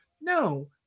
no